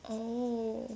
oh